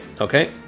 Okay